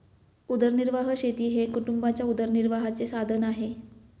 उदरनिर्वाह शेती हे कुटुंबाच्या उदरनिर्वाहाचे साधन आहे